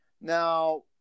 Now